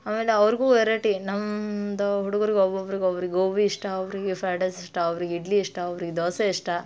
ಆಮೇಲೆ ಅವ್ರಿಗೂ ವರೈಟಿ ನಮ್ಮದು ಹುಡುಗ್ರಿಗ್ ಒಬೊಬ್ರಿಗ್ ಒಬ್ರು ಗೋಭಿ ಇಷ್ಟ ಒಬ್ಬರಿಗೆ ಫ್ರೈಡ್ ರೈಸ್ ಇಷ್ಟ ಒಬ್ರಿಗೆ ಇಡ್ಲಿ ಇಷ್ಟ ಒಬ್ರಿಗೆ ದೋಸೆ ಇಷ್ಟ